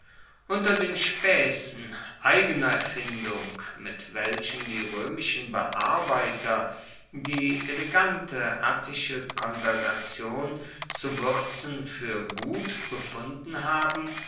unter den spaessen eigener erfindung mit welchen die roemischen bearbeiter die elegante attische konversation zu wuerzen fuer gut befunden haben